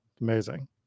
Amazing